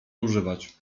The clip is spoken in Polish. używać